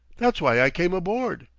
that's why i came aboard,